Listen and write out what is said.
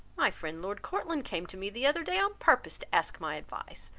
my friend lord courtland came to me the other day on purpose to ask my advice,